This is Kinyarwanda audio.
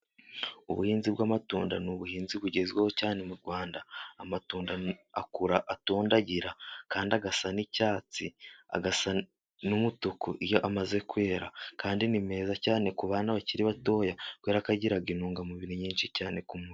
Ubuhinzi bw'amatunda ni ubuhinzi bugezweho cyane mu Rwanda, amatunda akura atondagira kandi agasa n'icyatsi agasa n'umutuku iyo amaze kwera kandi ni meza cyane ku bana bakiri batoya kubera ko agira intungamubiri nyinshi cyane ku mubiri.